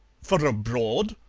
for abroad!